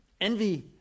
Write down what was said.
envy